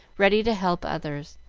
ready to help others,